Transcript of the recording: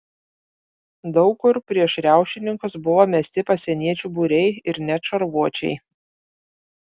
daug kur prieš riaušininkus buvo mesti pasieniečių būriai ir net šarvuočiai